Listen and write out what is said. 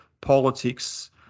politics